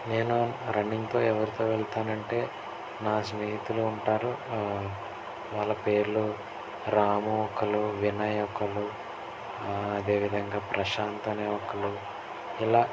నేను రన్నింగ్తో ఎవరితో వెళ్తానంటే నా స్నేహితులు ఉంటారు వాళ్ళ పేర్లు రాము ఒకళ్ళు వినయ్ ఒకళ్ళు అదే విధంగా ప్రశాంత్ అని ఒకళ్ళు ఇలా